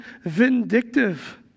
vindictive